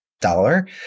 dollar